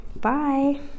bye